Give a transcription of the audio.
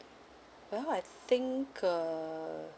well I think uh